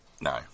No